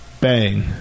Bang